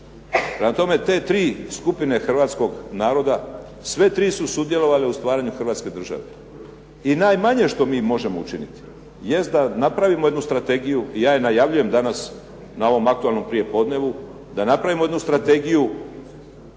tome, te tri skupine hrvatskog naroda sve tri su sudjelovale u stvaranju Hrvatske države. I najmanje što mi možemo učiniti jest da napravimo jednu strategiju i ja je najavljujem danas na ovom aktualnom prijepodnevu, da napravimo jednu strategiju